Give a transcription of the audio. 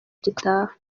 gitaha